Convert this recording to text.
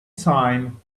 time